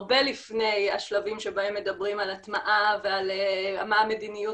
הרבה לפני השלבים שבהם מדברים על הטמעה ועל מה מדיניות